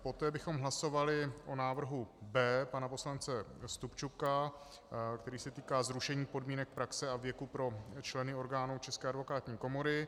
Poté bychom hlasovali o návrhu B pana poslance Stupčuka, který se týká zrušení podmínek praxe a věku pro členy orgánů České advokátní komory.